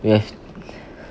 we have